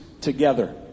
together